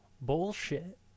bullshit